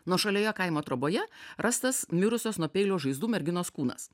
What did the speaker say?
nuošalioje kaimo troboje rastas mirusios nuo peilio žaizdų merginos kūnas